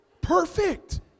Perfect